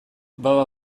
baba